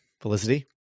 Felicity